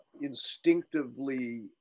instinctively